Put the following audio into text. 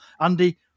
Andy